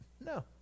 No